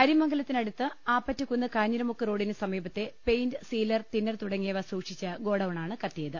അരിമംഗലത്തിനടുത്ത് ആപ്പറ്റക്കുന്ന് കാഞ്ഞിരമുക്ക് റോഡിന് സമീപത്തെ paint sealer thinner തുടങ്ങിയവ സൂക്ഷിച്ച ഗോഡൌണാണ് കത്തിയത്